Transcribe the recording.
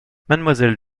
mademoiselle